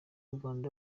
rwanda